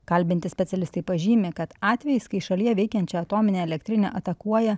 kalbinti specialistai pažymi kad atvejais kai šalyje veikiančią atominę elektrinę atakuoja